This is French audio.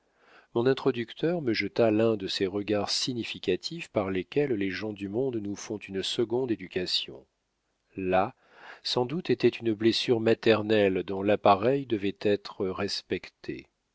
mon introducteur me jeta l'un de ces regards significatifs par lesquels les gens du monde nous font une seconde éducation là sans doute était une blessure maternelle dont l'appareil devait être respecté